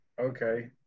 Okay